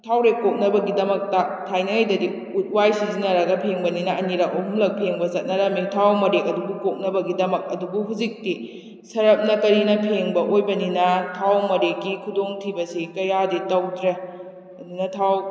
ꯊꯥꯎꯔꯦꯛ ꯀꯣꯛꯅꯕꯒꯤꯗꯃꯛꯇ ꯊꯥꯏꯅꯉꯩꯗꯗꯤ ꯎꯠ ꯋꯥꯏ ꯁꯤꯖꯤꯟꯅꯔꯒ ꯐꯦꯡꯕꯅꯤꯅ ꯑꯅꯤꯔꯛ ꯑꯍꯨꯝꯂꯛ ꯐꯦꯡꯕ ꯆꯠꯅꯔꯝꯃꯤ ꯊꯥꯎ ꯃꯔꯦꯛ ꯑꯗꯨꯕꯨ ꯀꯣꯛꯅꯕꯒꯤꯗꯃꯛ ꯑꯗꯨꯕꯨ ꯍꯧꯖꯤꯛꯇꯤ ꯁꯔꯞꯅ ꯀꯔꯤꯅ ꯐꯦꯡꯕ ꯑꯣꯏꯕꯅꯤꯅ ꯊꯥꯎ ꯃꯔꯦꯛꯀꯤ ꯈꯨꯗꯣꯡ ꯊꯤꯕ ꯑꯁꯤ ꯀꯌꯥꯗꯤ ꯇꯧꯗ꯭ꯔꯦ ꯑꯗꯨꯅ ꯊꯥꯎ